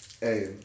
Hey